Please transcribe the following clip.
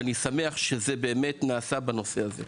ואני שמח שזה באמת נעשה בנושא הזה.